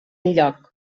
enlloc